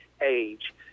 age